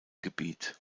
gebiet